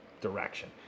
direction